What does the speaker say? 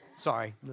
Sorry